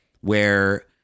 where-